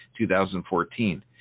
2014